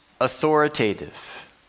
authoritative